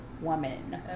woman